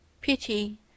PITY